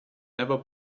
never